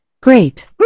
Great